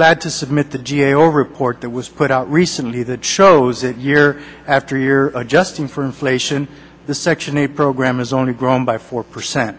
glad to submit the g a o report that was put out recently that shows that year after year adjusting for inflation the section eight program has only grown by four percent